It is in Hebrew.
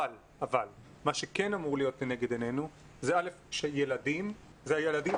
אבל מה שכן אמור להיות לנגד עינינו זה הילדים האלה,